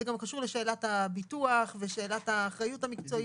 זה קשור גם לשאלת הביטוח והאחריות המקצועית.